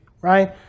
right